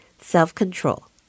self-control